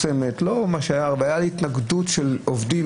שמפורסמת, והייתה לי התנגדות של עובדים.